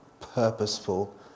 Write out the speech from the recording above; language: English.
purposeful